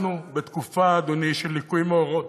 אנחנו בתקופה, אדוני, של ליקוי מאורות.